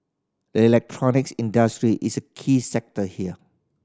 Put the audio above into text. the electronics industry is a key sector here